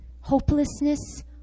Hopelessness